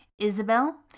Isabel